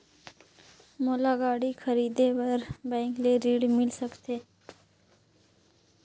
मोला गाड़ी खरीदे बार बैंक ले ऋण मिल सकथे?